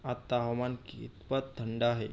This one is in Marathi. आत्ता हवामान कितपत थंड आहे